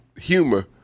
humor